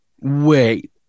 Wait